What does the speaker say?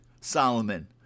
Solomon